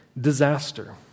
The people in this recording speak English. disaster